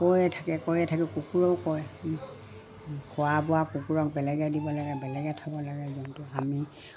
কৈয়ে থাকে কৈয়ে থাকে কুকুৰৰেও কয় খোৱা বোৱা কুকুৰক বেলেগে দিব লাগে বেলেগে থ'ব লাগে জন্তুক আমি